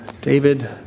David